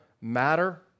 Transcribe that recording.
matter